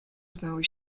znały